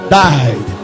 died